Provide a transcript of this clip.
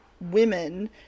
women